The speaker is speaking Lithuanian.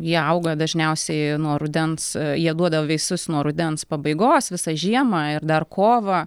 jie auga dažniausiai nuo rudens jie duoda vaisius nuo rudens pabaigos visą žiemą ir dar kovą